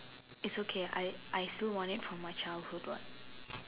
it's okay I I still want it for my childhood what